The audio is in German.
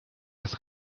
des